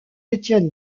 étienne